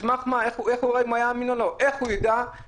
סמך מה איך הוא רואה אם הוא היה אמין או לא,